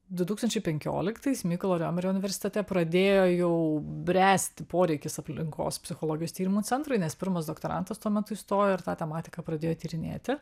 du tūkstančiai penkioliktais mykolo riomerio universitete pradėjo jau bręsti poreikis aplinkos psichologijos tyrimų centrui nes pirmas doktorantas tuo metu įstojo ir tą tematiką pradėjo tyrinėti